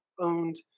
owned